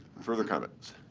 further comments?